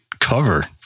cover